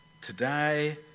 Today